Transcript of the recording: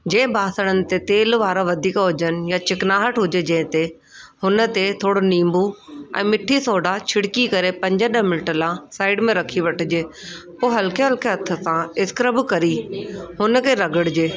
जंहिं बासणनि ते तेल वारा वधीक हुजनि या चिकनाहट हुजे जंहिं ते हुनते थोरो नींबू ऐं मिठी सोडा छिड़की करे पंज ॾह मिंट लाइ साइड में रखी वठिजे पोइ हल्के हल्के हथ सां स्क्रब करी हुनखे रगिड़जे